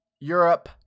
Europe